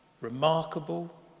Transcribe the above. remarkable